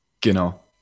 Genau